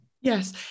Yes